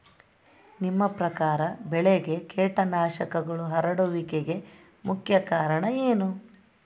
ನಿಮ್ಮ ಪ್ರಕಾರ ಬೆಳೆಗೆ ಕೇಟನಾಶಕಗಳು ಹರಡುವಿಕೆಗೆ ಮುಖ್ಯ ಕಾರಣ ಏನು?